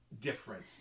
different